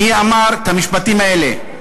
מי אמר את המשפטים האלה?